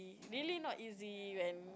really not easy and